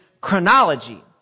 chronology